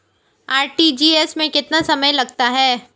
RTGS में कितना समय लगता है?